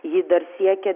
ji dar siekia